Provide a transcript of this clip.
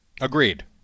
Agreed